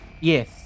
Yes